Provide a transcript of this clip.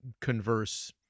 converse